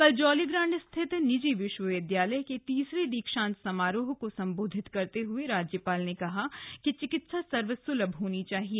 कल जॉलीग्रांट स्थित निजी विश्वविद्यालय के तीसरे दीक्षांत समारोह को संबोधित करते हए राज्यपाल ने कहा कि चिकित्सा सर्वसुलभ होनी चाहिए